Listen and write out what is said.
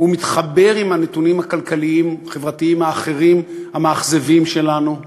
הוא מתחבר עם הנתונים הכלכליים-חברתיים האחרים המאכזבים שלנו.